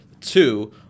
two